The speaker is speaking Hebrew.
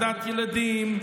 הפחדת ילדים,